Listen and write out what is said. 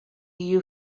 you